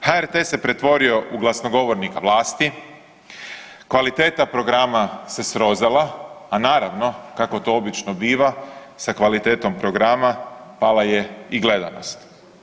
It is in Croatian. HRT se pretvorio u glasnogovornika vlasti, kvaliteta programa se srozala, a naravno kako to obično biva sa kvalitetom programa pala je i gledanost.